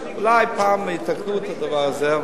ואולי פעם יתקנו את הדבר הזה.